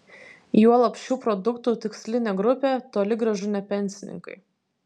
juolab šių produktų tikslinė grupė toli gražu ne pensininkai